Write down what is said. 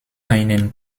einen